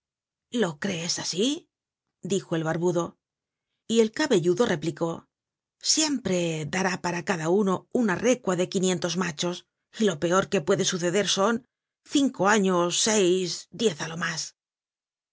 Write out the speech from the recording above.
lo crees asi dijo el barbudo y el cabelludo replicó siempre dará para cada uno una recua de quinientos machos y lo peor que puede suceder son cinco años seis diez á lo mas